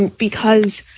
and because